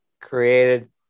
created